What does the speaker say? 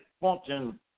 function